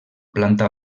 planta